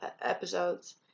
episodes